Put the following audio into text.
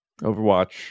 Overwatch